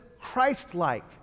Christ-like